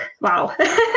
wow